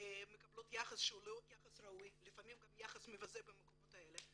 מקבלות יחס לא ראוי ולפעמים יחס מבזה במקומות האלה.